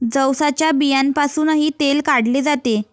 जवसाच्या बियांपासूनही तेल काढले जाते